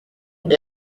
est